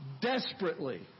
desperately